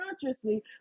consciously